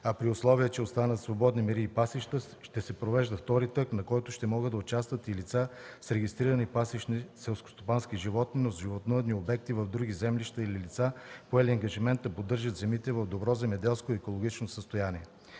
а при условие че останат свободни мери и пасища, ще се провежда втори търг, на който ще могат да участват и лица с регистрирани пасищни селскостопански животни, но с животновъдни обекти в други землища или лица, поели ангажимент да поддържат земите в добро земеделско и екологично състояние.